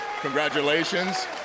Congratulations